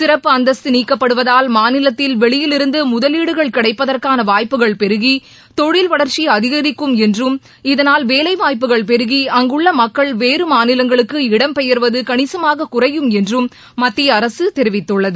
சிறப்பு அந்தஸ்த்து நீக்கப்படுவதால் மாநிலத்தில் வெளியிலிருந்து முதலீடுகள் கிடைப்பதற்கான வாய்ப்புகள் பெருகி தொழில் வளர்ச்சி அதிகரிக்கும் என்றும் இதனால் வேலை வாய்ப்புகள் பெருகி அங்குள்ள மக்கள் வேறு மாநிலங்களுக்கு இடம் பெயர்வது கணிசமாக குறையும் என்றும் மத்திய அரசு தெரிவித்துள்ளது